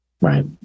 Right